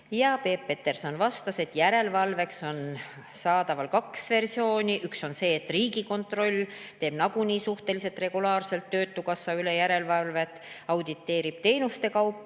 Peep Peterson vastas, et järelevalveks on saadaval kaks versiooni. Üks on see, et Riigikontroll teeb nagunii suhteliselt regulaarselt töötukassa üle järelevalvet, auditeerib teenuste kaupa